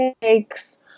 takes